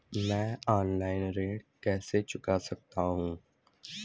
मैं ऑफलाइन ऋण कैसे चुका सकता हूँ?